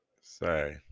Say